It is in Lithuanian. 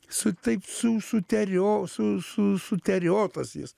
su taip su suterio su su suteriotas jis